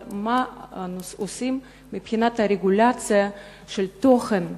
אבל מה עושים מבחינת הרגולציה של תוכן,